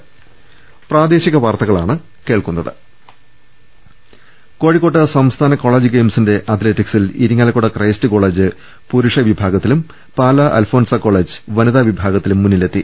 രുട്ടിട്ട്ട്ട്ട്ട്ട കോഴിക്കോട് സംസ്ഥാന കോളജ് ഗെയിംസിന്റെ അത്ലറ്റിക്സിൽ ഇരി ങ്ങാലക്കുട ക്രൈസ്റ്റ് കോളജ് പുരുഷ വിഭാഗത്തിലും പാല അൽഫോൺസ കോളജ് വനിതാ വിഭാഗത്തിലും മുന്നിലെത്തി